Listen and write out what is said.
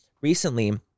recently